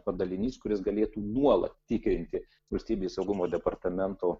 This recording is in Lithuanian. padalinys kuris galėtų nuolat tikrinti valstybės saugumo departamento